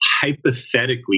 hypothetically